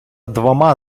двома